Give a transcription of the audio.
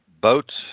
Boats